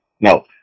no